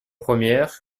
première